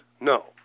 No